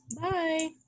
Bye